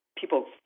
people